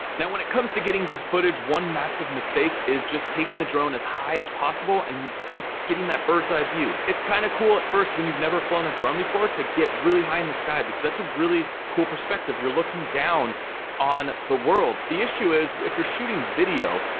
now, when it comes to getting good footage, one massive mistake is just taking the drone as high as possible and just getting that bird's-eye view. it's kinda kind of cool at first, when you've never flown a drone before, to get really high in the sky because that's a really cool perspective. you're looking down on the world. the issue is, if you're shooting video,